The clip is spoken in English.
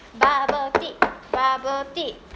bubble tea bubble tea